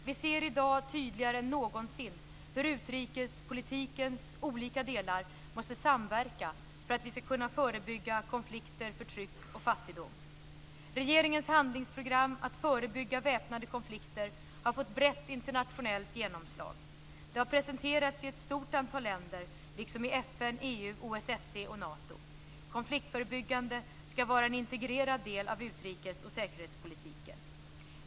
Vi ser i dag tydligare än någonsin hur utrikespolitikens olika delar måste samverka för att vi ska kunna förebygga konflikter, förtryck och fattigdom. Regeringens handlingsprogram Att förebygga väpnade konflikter har fått brett internationellt genomslag. Det har presenterats i ett stort antal länder, liksom i FN, EU, OSSE och Nato. Konfliktförebyggande ska vara en integrerad del av utrikes och säkerhetspolitiken.